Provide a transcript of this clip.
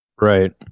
Right